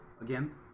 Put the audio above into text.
again